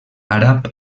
àrab